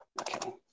Okay